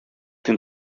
την